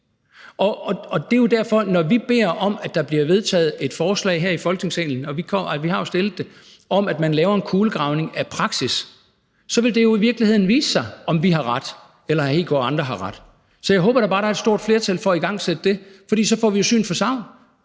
Det er derfor, at vi beder om, at der bliver vedtaget et forslag her i Folketingssalen – vi har jo stillet det – om, at man laver en kulegravning af praksis, for så vil det i virkeligheden vise sig, om vi har ret, eller om hr. Kristian Hegaard og andre har ret. Så håber jeg da bare, der er et stort flertal for at igangsætte det, for så får vi jo syn for sagn